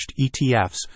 ETFs